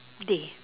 day